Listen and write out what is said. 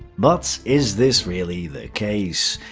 but is this really the case?